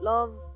Love